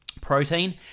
protein